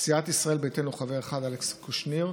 סיעת ישראל ביתנו, חבר אחד, אלכס קושניר,